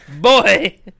boy